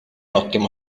ottimo